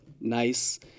nice